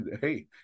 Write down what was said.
hey